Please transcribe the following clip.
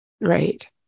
Right